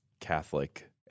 Catholic